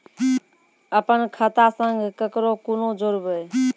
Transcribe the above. अपन खाता संग ककरो कूना जोडवै?